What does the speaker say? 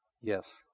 Yes